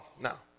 now